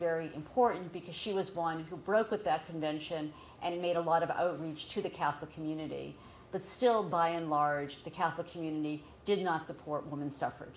very important because she was one who broke with that convention and made a lot of outreach to the catholic community but still by and large the catholic community did not support women